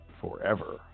forever